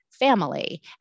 Family